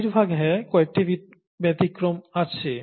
বেশিরভাগ হ্যাঁ কয়েকটি ব্যতিক্রম আছে